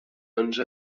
onze